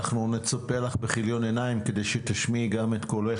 אנחנו נצפה לך בכיליון עיניים כדי שתשמיעי גם את קולך,